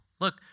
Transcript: Look